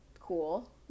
cool